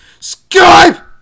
Skype